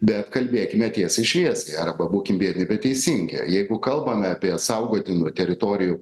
bet kalbėkime tiesiai šviesiai arba būkim biedni bet teisingi jeigu kalbame apie saugotinų teritorijų